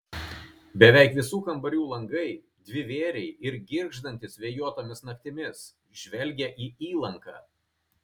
beveik visų kambarių langai dvivėriai ir girgždantys vėjuotomis naktimis žvelgia į įlanką